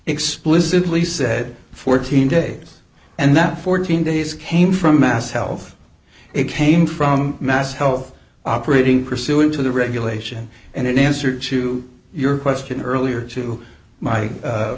explicitly said fourteen days and that fourteen days came from mass health it came from mass health operating pursuant to the regulation and in answer to your question earlier to my